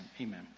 amen